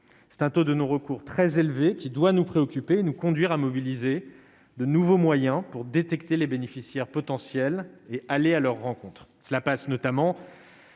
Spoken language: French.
c'est un taux de non recours très élevé qui doit nous préoccuper, nous conduire à mobiliser de nouveaux moyens pour détecter les bénéficiaires potentiels est allé à leur rencontre, cela passe notamment.